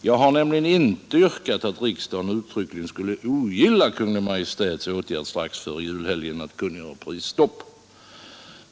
Jag har nämligen inte yrkat att riksdagen uttryckligen skulle ogilla Kungl. Maj:ts åtgärd strax före julhelgen att kungöra prisstopp.